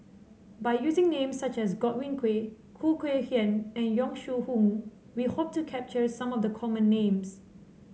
by using names such as Godwin Koay Khoo Kay Hian and Yong Shu Hoong we hope to capture some of the common names